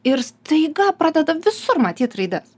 ir staiga pradeda visur matyt raides